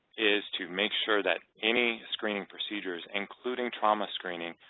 is to make sure that any screening procedures, including trauma screening,